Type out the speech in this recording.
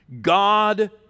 God